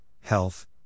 health